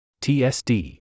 TSD